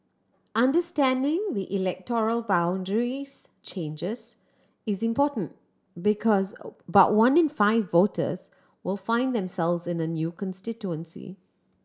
understanding the electoral boundaries changes is important because about one in five voters will find themselves in a new constituency